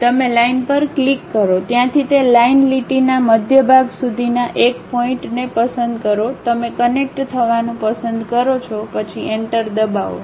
તમે લાઇન પર ક્લિક કરો ત્યાંથી તે લાઈનલીટીના મધ્યભાગ સુધીના એક પોઇન્ટને પસંદ કરો તમે કનેક્ટ થવાનું પસંદ કરો છો પછી એન્ટર દબાવો